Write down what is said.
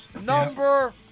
number